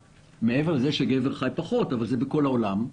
מעבר לזה שגבר חי פחות, אבל זה בכל העולם.